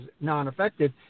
non-effective